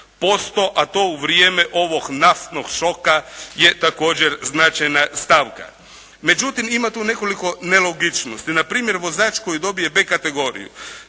0,15%, a to u vrijeme ovog naftnog šoka je također značajna stavka. Međutim, ima tu nekoliko nelogičnosti. Na primjer, vozač koji dobije B kategoriju,